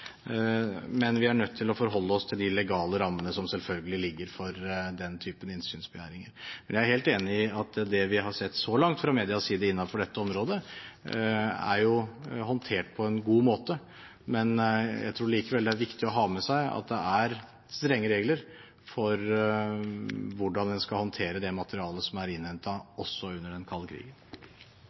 men vi er nødt til å forholde oss til de legale rammene som selvfølgelig ligger for den typen innsynsbegjæringer. Jeg er helt enig i at det vi har sett så langt fra medias side innenfor dette området, er håndtert på en god måte, men jeg tror likevel det er viktig å ha med seg at det er strenge regler for hvordan en skal håndtere det materialet som er innhentet også under den kalde krigen.